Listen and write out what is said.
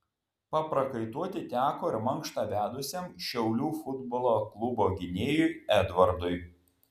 paprakaituoti teko ir mankštą vedusiam šiaulių futbolo klubo gynėjui edvardui